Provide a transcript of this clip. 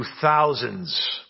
thousands